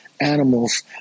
animals